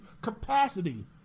capacity